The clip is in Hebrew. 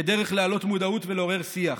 כדרך להעלות מודעות ולעורר שיח.